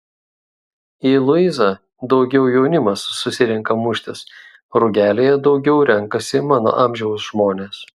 į luizą daugiau jaunimas susirenka muštis rugelyje daugiau renkasi mano amžiaus žmonės